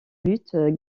lutte